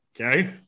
Okay